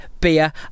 beer